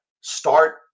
start